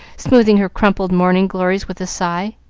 smoothing her crumpled morning-glories, with a sigh.